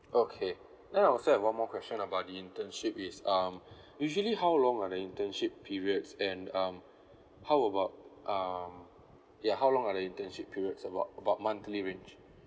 okay then I also have one more question about the internship is um usually how long are the internship periods and um how about um yeah how long are the internship periods about about monthly range